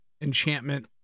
enchantment